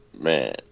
man